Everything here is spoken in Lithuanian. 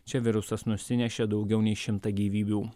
čia virusas nusinešė daugiau nei šimtą gyvybių